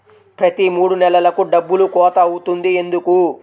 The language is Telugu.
ప్రతి మూడు నెలలకు డబ్బులు కోత అవుతుంది ఎందుకు?